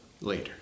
later